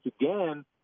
again